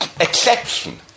exception